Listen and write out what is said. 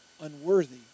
unworthy